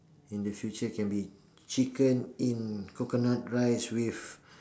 in the future can be chicken in coconut rice with